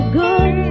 good